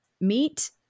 meet